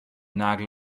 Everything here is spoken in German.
nagel